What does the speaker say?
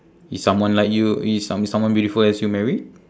is someone like you is some~ someone beautiful as you married